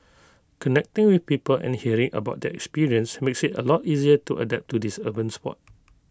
connecting with people and hearing about their experience makes IT A lot easier to adapt to this urban Sport